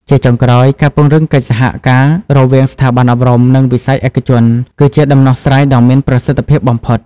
ជាចុងក្រោយ ការពង្រឹងកិច្ចសហការរវាងស្ថាប័នអប់រំ និងវិស័យឯកជន គឺជាដំណោះស្រាយដ៏មានប្រសិទ្ធភាពបំផុត។